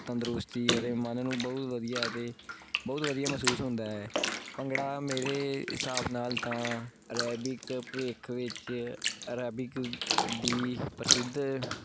ਤੰਦਰੁਸਤੀ ਅਤੇ ਮਨ ਨੂੰ ਬਹੁਤ ਵਧੀਆ ਅਤੇ ਬਹੁਤ ਵਧੀਆ ਮਹਿਸੂਸ ਹੁੰਦਾ ਹੈ ਭੰਗੜਾ ਮੇਰੇ ਹਿਸਾਬ ਨਾਲ ਤਾਂ ਰੈਬਿਕ ਭਵਿੱਖ ਵਿੱਚ ਅਰਾਬਿਕ ਦੀ ਪ੍ਰਸਿੱਧ